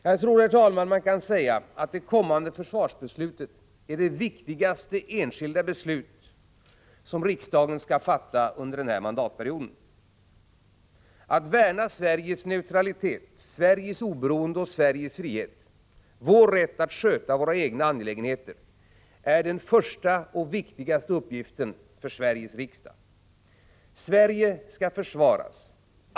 Jag tror, herr talman, att man kan säga att det kommande försvarsbeslutet är det viktigaste enskilda beslut vi har att fatta i riksdagen under denna mandatperiod. Att värna Sveriges neutralitet, Sveriges oberoende och Sveriges frihet och vår rätt att sköta våra egna angelägenheter är den första och viktigaste uppgiften för Sveriges riksdag. Sverige skall försvaras.